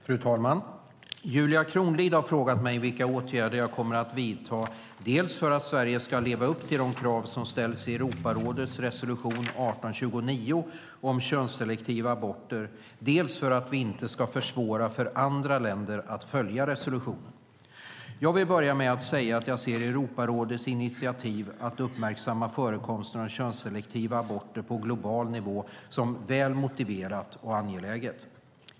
Fru talman! Julia Kronlid har frågat mig vilka åtgärder jag kommer att vidta, dels för att Sverige ska leva upp till de krav som ställs i Europarådets resolution 1829 om könsselektiva aborter, dels för att vi inte ska försvåra för andra länder att följa resolutionen. Jag vill börja med att säga att jag ser Europarådets initiativ att uppmärksamma förekomsten av könsselektiva aborter på global nivå som väl motiverat och angeläget.